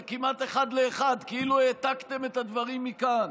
זה כמעט אחד לאחד כאילו העתקתם את הדברים מכאן: